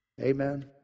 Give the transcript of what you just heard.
Amen